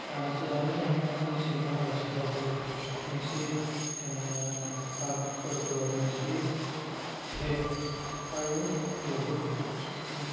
যে আমি জানো যে শ্বিলঙৰ ৰাস্তাবোৰ নিচেই পাক নিচেই ঠেক আৰু বহুত